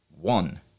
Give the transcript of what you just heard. one